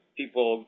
people